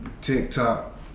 TikTok